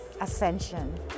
ascension